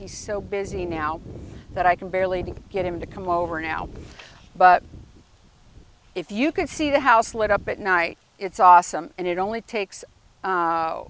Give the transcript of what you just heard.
he's so busy now that i can barely get him to come over now but if you can see the house lit up at night it's awesome and it only takes one